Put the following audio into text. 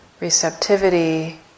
receptivity